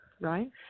Right